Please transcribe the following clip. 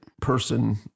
person